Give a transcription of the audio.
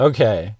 Okay